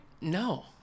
No